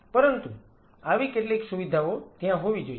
પરંતુ આવી કેટલીક સુવિધાઓ ત્યાં હોવી જોઈએ